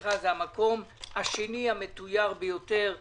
צריכה זה המקום השני המתויר ביותר בישראל,